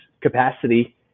capacity